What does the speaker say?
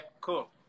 cool